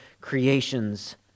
creation's